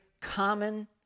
common